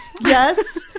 Yes